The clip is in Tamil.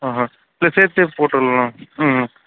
ஆ ஆ இல்லை சேர்த்தே போட்டுறலாம் ம் ம்